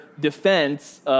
defense